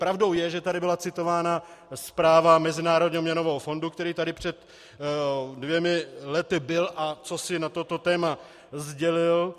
Pravdou je, že tady byla citována zpráva Mezinárodního měnového fondu, který tady před dvěma lety byl a cosi na toto téma sdělil.